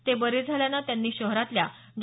ते बरे झाल्यानं त्यांनी शहरातल्या डॉ